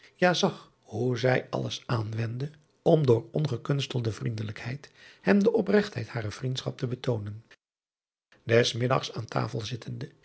ja zag hoe zij alles aanwendde om door ongekunstelde vriendelijkheid hem de opregtheid harer vriendschap te betoonen es middags aan tafel zittende